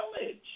village